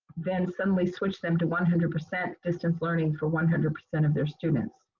then suddenly switch them to one hundred percent distance learning for one hundred percent of their students.